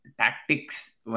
tactics